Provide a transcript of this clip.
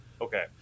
Okay